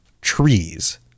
trees